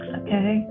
okay